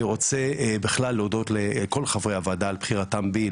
אני רוצה להודות לכל חברי הוועדה על בחירתם בי,